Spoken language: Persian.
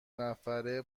نفره